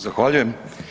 Zahvaljujem.